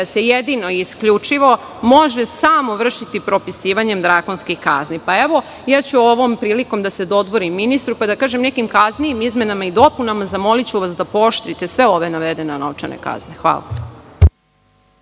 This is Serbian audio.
se jedino isključivo može samo vršiti propisivanjem drakonskih kazni. Evo, ovom prilikom ću da se dodvorim ministru pa da kažem o nekim kasnijim izmenama i dopunama, zamoliću da pooštrite sve ove navedene novčane kazne. Hvala.